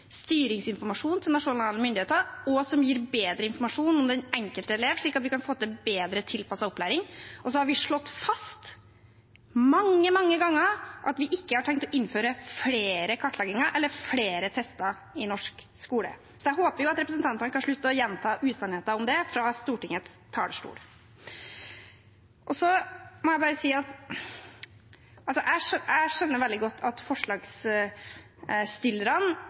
styringsinformasjon til nasjonale myndigheter og bedre informasjon om den enkelte elev, slik at vi kan få til bedre tilpasset opplæring. Og så har vi slått fast mange, mange ganger at vi ikke har tenkt å innføre flere kartlegginger eller flere tester i norsk skole, så jeg håper at representanter kan slutte å gjenta usannheter om det fra Stortingets talerstol. Jeg skjønner veldig godt at forslagsstillerne ønsker en skole der det er rom for mer lek, og jeg tror nok det er riktig at